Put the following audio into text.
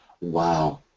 Wow